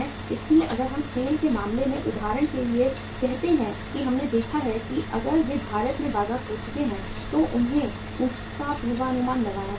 इसलिए अगर हम SAIL के मामले में उदाहरण के लिए कहते हैं कि हमने देखा है कि अगर वे भारत में बाजार खो चुके हैं तो उन्हें इसका पूर्वानुमान लगाना चाहिए